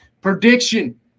Prediction